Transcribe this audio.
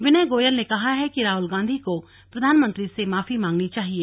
विनय गोयल ने कहा है कि राहुल गांधी को प्रधानमंत्री से माफी मांगनी चाहिए